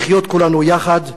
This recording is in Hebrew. לחיות כולנו יחד.